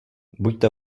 buďte